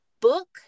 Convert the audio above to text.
book